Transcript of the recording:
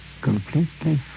completely